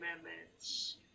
amendments